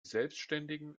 selbständigen